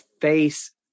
face